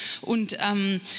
und